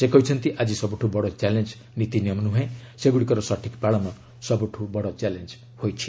ସେ କହିଛନ୍ତି ଆଜି ସବୁଠୁ ବଡ଼ ଚ୍ୟାଲେଞ୍ଜ ନୀତିନିୟମ ନୁହେଁ ସେଗୁଡ଼ିକର ସଠିକ୍ ପାଳନ ସବୁଠୁ ବଡ଼ ଚ୍ୟାଲେଞ୍ଜ ହୋଇଛି